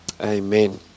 amen